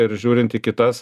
ir žiūrint į kitas